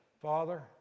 Father